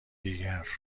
دیگر